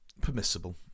Permissible